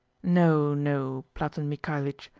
no, no, platon mikhalitch,